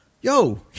yo